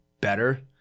better